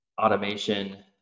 automation